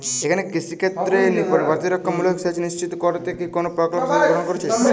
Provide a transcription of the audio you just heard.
এখানে কৃষিক্ষেত্রে প্রতিরক্ষামূলক সেচ নিশ্চিত করতে কি কোনো প্রকল্প সরকার গ্রহন করেছে?